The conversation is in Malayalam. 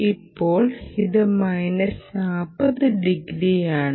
ഇപ്പോൾ ഇത് മൈനസ് 40 ഡിഗ്രിയാണ്